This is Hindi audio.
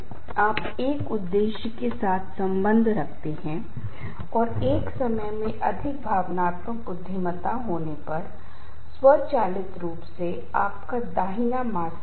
और तनाव भी तीव्रता अवधि जटिलता और भविष्यवाणी के आयाम हैं उदाहरण के लिए दर्द का उदाहरण लें जो हमें शरीर में होता है अगर दर्द कम तीव्रता का है और यह छोटी अवधि के लिए है और यह कम जटिल है और इसकी भविष्यवाणी यह है कि यह शरीर के किसी खास हिस्से में होता है तो इस तरह के तनाव से व्यक्ति को कम नुकसान होता है